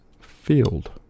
Field